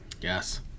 Yes